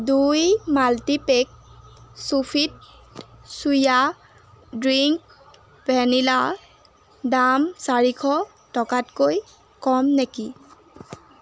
দুই multipack Sofit soya drink vanilla দাম চাৰিশ টকাতকৈ কম নেকি